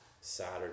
Saturday